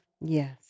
Yes